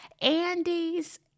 Andy's